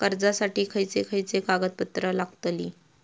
कर्जासाठी खयचे खयचे कागदपत्रा लागतली?